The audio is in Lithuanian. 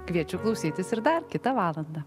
kviečiu klausytis ir dar kitą valandą